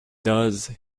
does